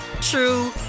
true